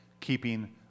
keeping